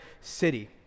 city